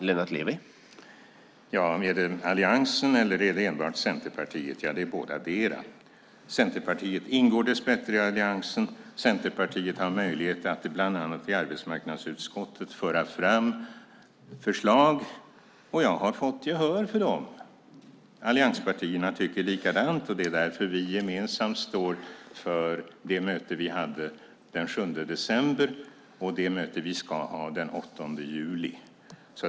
Herr talman! Är det Alliansen eller enbart Centerpartiet? Det är bådadera. Centerpartiet ingår dess bättre i Alliansen. Centerpartiet har möjlighet att bland annat i arbetsmarknadsutskottet föra fram förslag. Och jag har fått gehör för dem. Allianspartierna tycker likadant. Det är därför vi gemensamt står för det möte vi hade den 7 december och det möte vi ska ha den 8 juli.